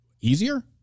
Easier